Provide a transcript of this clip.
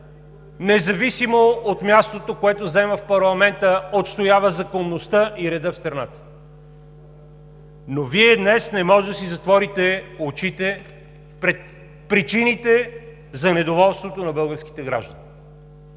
независимо от мястото, което заема в парламента, отстоява законността и реда в страната. Но Вие днес не може да си затворите очите пред причините за недоволството на българските граждани.